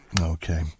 Okay